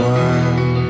one